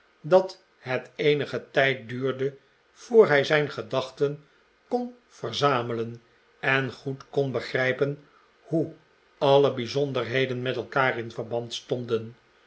dat het eenigen tijd duurde voor hij zijn gedachten kon verzamelen en goed kon begrijpen hoe alle bijzonderheden met elkaar in verband stonden